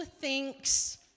thinks